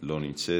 לא נמצאת,